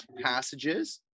passages